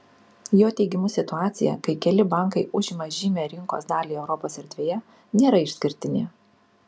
jo teigimu situacija kai keli bankai užima žymią rinkos dalį europos erdvėje nėra išskirtinė